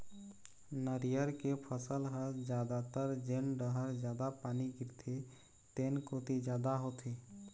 नरियर के फसल ह जादातर जेन डहर जादा पानी गिरथे तेन कोती जादा होथे